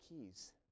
keys